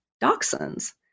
dachshunds